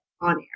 on-air